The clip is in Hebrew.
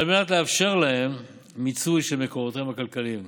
על מנת לאפשר להם מיצוי של מקורותיהם הכלכליים,